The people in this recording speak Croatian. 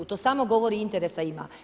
To samo govori interesa ima.